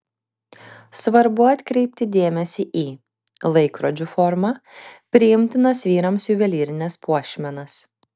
svarbu atkreipti dėmesį į laikrodžių formą priimtinas vyrams juvelyrines puošmenas